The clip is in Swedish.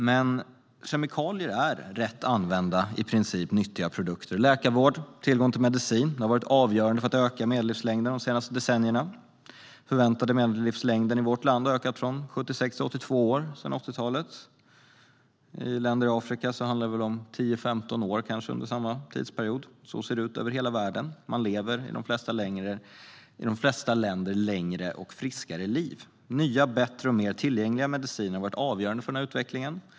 Men kemikalier är, rätt använda, i princip nyttiga produkter. Läkarvård och tillgång till medicin har varit avgörande för att öka medellivslängden de senaste decennierna. Den förväntade medellivslängden i vårt land har ökat från 76 till 82 år sedan 80-talet. I länder i Afrika handlar det om en ökning med 10-15 år under samma tidsperiod. Så ser det ut över hela världen - man lever i de flesta länder längre och friskare liv. Nya, bättre och mer tillgängliga mediciner har varit avgörande för denna utveckling.